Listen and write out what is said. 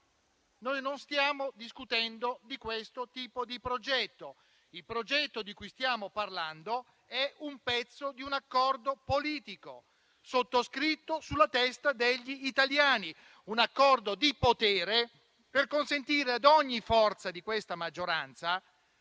noi non stiamo discutendo di questo tipo di progetto. Il progetto di cui stiamo parlando è un pezzo di un accordo politico sottoscritto sulla testa degli italiani; un accordo di potere per consentire ad ogni forza di questa maggioranza